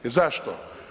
Jer zašto?